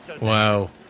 Wow